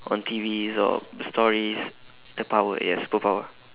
on T_Vs or stories the power yes superpower